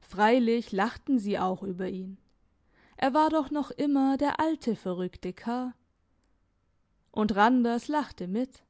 freilich lachten sie auch über ihn er war doch noch immer der alte verrückte kerl und randers lachte mit